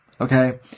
okay